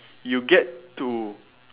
you get to